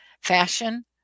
fashion